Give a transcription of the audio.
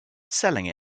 selling